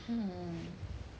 mm